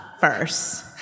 first